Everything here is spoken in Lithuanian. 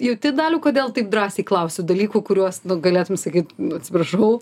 jauti daliau kodėl taip drąsiai klausiu dalykų kuriuos galėtum sakyt atsiprašau